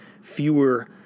fewer